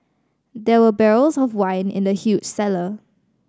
there were barrels of wine in the huge cellar